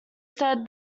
said